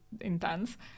intense